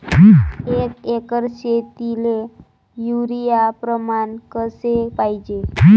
एक एकर शेतीले युरिया प्रमान कसे पाहिजे?